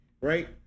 right